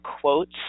quotes